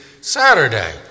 Saturday